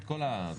2021